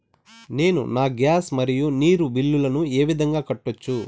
నేను నా గ్యాస్, మరియు నీరు బిల్లులను ఏ విధంగా కట్టొచ్చు?